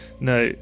No